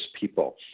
people